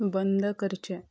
बंद करचें